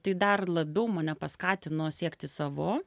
tai dar labiau mane paskatino siekti savo